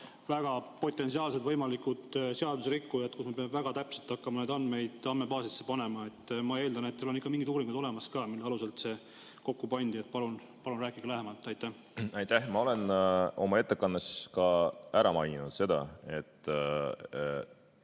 väga potentsiaalsed seaduserikkujad, et me peame väga täpselt hakkama neid andmeid andmebaasidesse panema. Ma eeldan, et teil on ikka mingid uuringud olemas, mille alusel see kokku pandi. Palun rääkige lähemalt. Aitäh! Ma olen oma ettekandes ka maininud, et